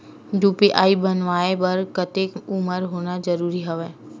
UPI बनवाय बर कतेक उमर होना जरूरी हवय?